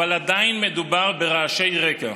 אבל עדיין מדובר ברעשי רקע.